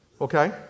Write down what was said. Okay